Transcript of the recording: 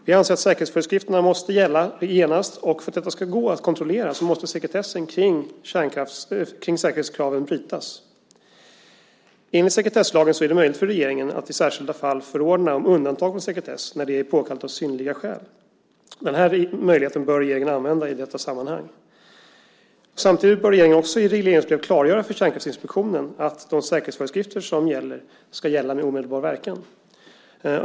Vi anser att säkerhetsföreskrifterna måste gälla genast, och för att detta ska gå att kontrollera måste sekretessen kring säkerhetskraven brytas. Enligt sekretesslagen är det möjligt för regeringen att i särskilda fall förordna om undantag från sekretess när det är påkallat av synnerliga skäl. Den möjligheten bör regeringen använda i detta sammanhang. Samtidigt bör regeringen också i regleringsbrev klargöra för Kärnkraftsinspektionen att säkerhetsföreskrifterna ska gälla med omedelbar verkan.